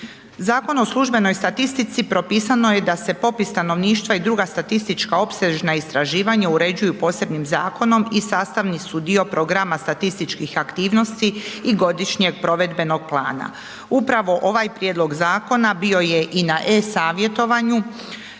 Zakonom o službenoj statistici propisano je da se popis stanovništva i druga statistička opsežna istraživanja uređuju posebnim zakonom i sastavni su dio programa statističkih aktivnosti i godišnjeg provedbenog plana. Upravo ovaj prijedlog zakona bio je i na e-Savjetovanju